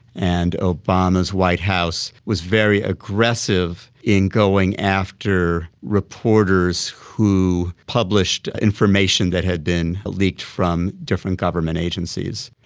and obama's white house was very aggressive in going after reporters who published information that had been leaked from different government agencies.